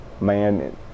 man